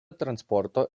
transporto